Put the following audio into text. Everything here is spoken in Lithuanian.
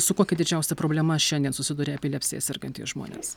su kokia didžiausia problema šiandien susiduria epilepsija sergantys žmonės